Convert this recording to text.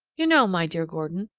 you know, my dear gordon,